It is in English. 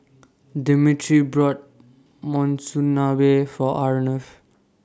Demetri bought Monsunabe For Arnav